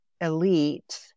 elite